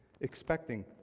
expecting